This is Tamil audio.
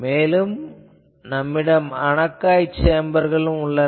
மேலும் நம்மிடம் அனக்காய் சேம்பர்கள் உள்ளன